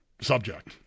subject